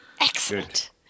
Excellent